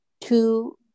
two